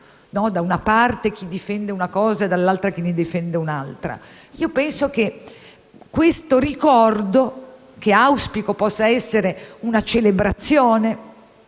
(da una parte chi difende una cosa e dall'altra chi ne difende un'altra), penso che questo ricordo - che auspico possa essere una celebrazione